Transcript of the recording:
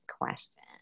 question